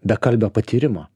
bekalbio patyrimo